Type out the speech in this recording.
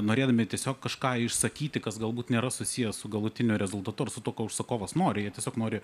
norėdami tiesiog kažką išsakyti kas galbūt nėra susiję su galutiniu rezultatu su tuo ko užsakovas nori jie tiesiog nori